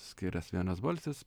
skirias vienas balsis